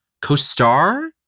co-star